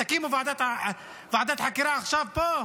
תקימו ועדת חקירה עכשיו פה?